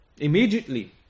immediately